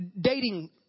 dating